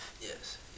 Yes